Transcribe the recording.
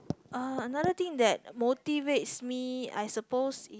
uh another thing that motivates me I suppose